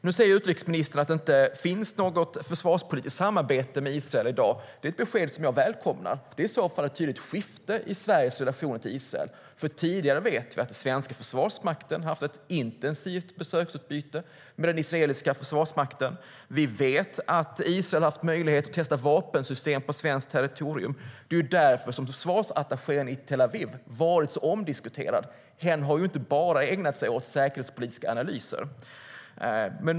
Nu säger utrikesministern att det inte finns något försvarspolitiskt samarbete med Israel i dag. Det är ett besked som jag välkomnar. Det är i så fall ett tydligt skifte i Sveriges relationer till Israel, för vi vet att den svenska försvarsmakten tidigare haft ett intensivt besöksutbyte med den israeliska försvarsmakten. Vi vet att Israel haft möjlighet att testa vapensystem på svenskt territorium. Det är därför som försvarsattachén i Tel Aviv varit så omdiskuterad. Hen har ju inte bara ägnat sig åt säkerhetspolitiska analyser.